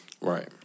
Right